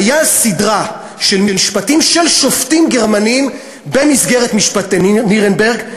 הייתה סדרה של משפטים של שופטים גרמנים במסגרת משפטי נירנברג.